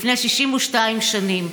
לפני 62 שנים.